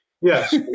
Yes